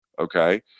Okay